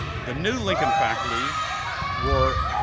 the new lincoln faculty were,